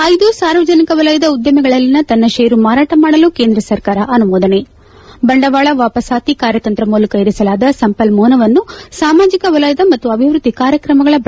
ಐದು ಸಾರ್ವಜನಿಕ ವಲಯದ ಉದ್ದಿಮೆಗಳಲ್ಲಿನ ತನ್ನ ಷೇರು ಮಾರಾಟ ಮಾಡಲು ಕೇಂದ್ರ ಸರ್ಕಾರ ಅನುಮೋದನೆ ಬಂಡವಾಳ ವಾಪಸಾತಿ ಕಾರ್ಯತಂತ್ರ ಮೂಲಕ ಇರಿಸಲಾದ ಸಂಪನ್ನೂಲವನ್ನು ಸಾಮಾಜಿಕ ವಲಯದ ಮತ್ತು ಅಭಿವೃದ್ದಿ ಕಾರ್ಯಕ್ರಮಗಳ ಬಳಕೆಗೆ ನಿರ್ಧಾರ